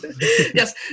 Yes